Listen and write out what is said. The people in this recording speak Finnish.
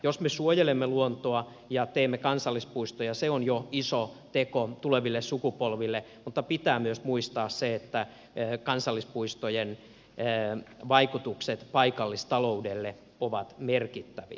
jos me suojelemme luontoa ja teemme kansallispuistoja se on jo iso teko tuleville sukupolville mutta pitää myös muistaa se että kansallispuistojen vaikutukset paikallistalouteen ovat merkittäviä